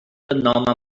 نامم